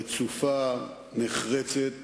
רצופה, נחרצת.